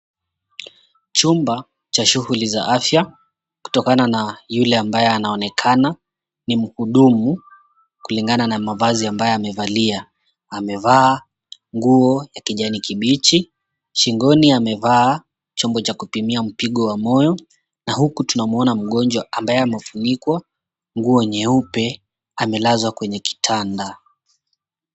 Chumba cha shughuli za afya, kutokana na yule ambaye anaonekana ni mhudumu kulingana na mavazi ambayo amevalia. Amevaa nguo ya kijani kibichi. Shingoni amevaa chombo cha kupimia mpigo wa moyo na huku tunamwona mgonjwa ambaye amefunikwa nguo nyeupe amelazwa kwenye kitanda.